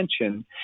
attention